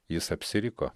jis apsiriko